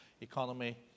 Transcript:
economy